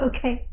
Okay